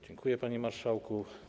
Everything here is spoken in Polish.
Dziękuję, panie marszałku.